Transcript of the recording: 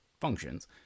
functions